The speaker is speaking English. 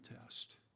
test